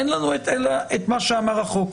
אין לנו אלא את מה שאמר החוק,